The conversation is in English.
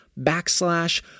backslash